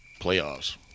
playoffs